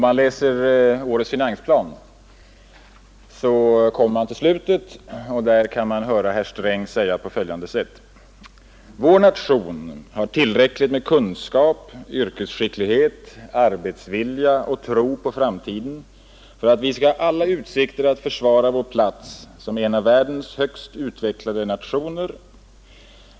Herr talman! I slutet av årets finansplan säger herr Sträng: ”Vår nation har tillräckligt med kunskap, yrkesskicklighet, arbetsvilja och tro på framtiden för att vi skall ha alla utsikter att försvara vår plats som en av världens högst utvecklade nationer.